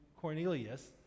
Cornelius